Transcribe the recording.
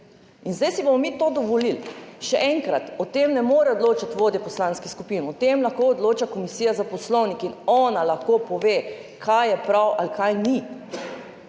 in zdaj si bomo mi to dovolili. Še enkrat, o tem ne morejo odločat vodje poslanskih skupin, o tem lahko odloča Komisija za poslovnik in ona lahko pove, kaj je prav ali kaj ni.